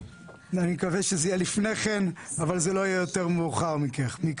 אני מקווה שזה יהיה לפני כן אבל זה לא יהיה יותר מאוחר מכך.